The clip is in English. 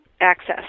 access